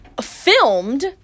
Filmed